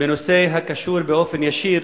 בנושא הקשור באופן ישיר